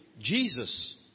Jesus